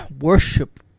worship